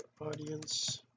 audience